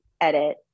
edit